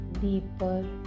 deeper